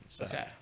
Okay